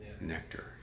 nectar